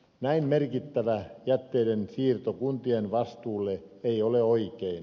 näin merkittävä jätteiden siirto kuntien vastuulle ei ole oikein